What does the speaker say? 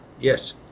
Yes